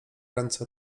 ręce